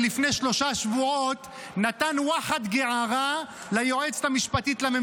אין לו עורך דין, הוא לא צריך לראות עורך דין, אה?